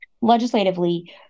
legislatively